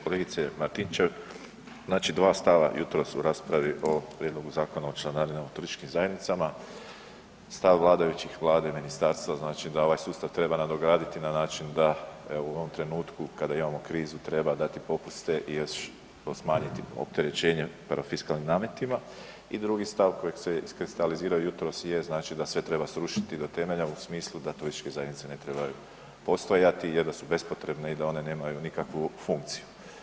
Kolegice Martinčev znači dva stava jutros u raspravi o prijedlogu Zakona o članarinama u turističkim zajednicama, stav vladajući, Vlade i ministarstva znači da ovaj sustav treba nadograditi na način da evo u ovom trenutku kada imamo krizu treba dati popuste jest smanjiti opterećenjem parafiskalnim nametima i drugi stav koji se iskristalizirao jutros je znači da sve treba srušiti do temelja u smislu da turističke zajednice ne trebaju postojati jer da su bespotrebne i da one nemaju nikakvu funkciju.